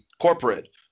corporate –